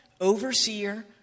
overseer